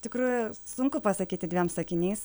tikrųjų sunku pasakyti dviem sakiniais